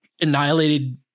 annihilated